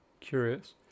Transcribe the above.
Curious